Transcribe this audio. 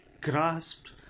grasped